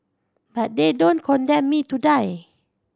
but they don't condemn me to die